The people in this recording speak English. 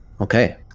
Okay